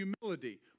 Humility